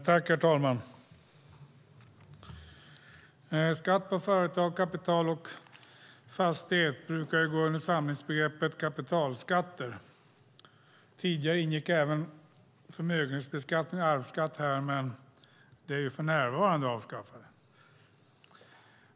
Herr talman! Skatt på företag, kapital och fastighet brukar gå under samlingsbegreppet kapitalskatter. Tidigare ingick även förmögenhetsbeskattning och arvsskatt här, men de är ju för närvarande avskaffade.